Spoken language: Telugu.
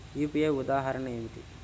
యూ.పీ.ఐ ఉదాహరణ ఏమిటి?